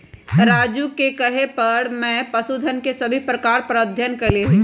राजू के कहे पर मैं पशुधन के सभी प्रकार पर अध्ययन कैलय हई